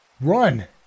Run